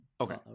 Okay